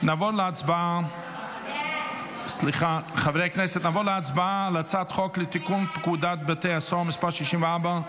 נעבור להצבעה בקריאה ראשונה על הצעת חוק תיקון פקודת בתי הסוהר (מס' 64,